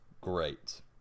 Great